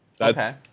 Okay